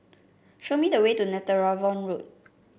show me the way to Netheravon Road